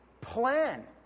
plan